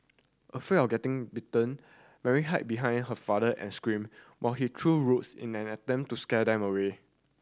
afraid of getting bitten Mary hide behind her father and screamed while he threw roots in an attempt to scare them away